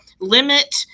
limit